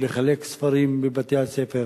לחלק ספרים בבתי-הספר